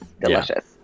Delicious